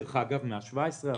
מ-17%,